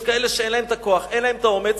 יש כאלה שאין להם הכוח, אין להם האומץ,